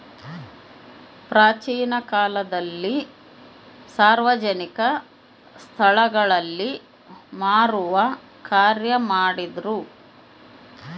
ಪ್ರಾಚೀನ ಕಾಲದಲ್ಲಿ ಸಾರ್ವಜನಿಕ ಸ್ಟಳಗಳಲ್ಲಿ ಮಾರುವ ಕಾರ್ಯ ಮಾಡ್ತಿದ್ರು